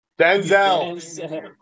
Denzel